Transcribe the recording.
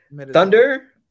Thunder